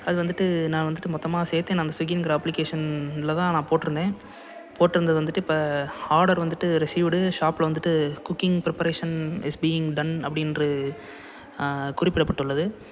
அது வந்துட்டு நான் வந்துட்டு மொத்தமாக சேர்த்தே நான் அந்த ஸ்விகிங்கிற அப்ளிகேஷனில்தான் நான் போட்டிருந்தேன் போட்டு இருந்தது வந்துட்டு இப்போ ஆடர் வந்துட்டு ரிசிவுடு ஷாப்பில் வந்துட்டு cooking preparation is being done அப்படின்று குறிப்பிடப்பட்டுள்ளது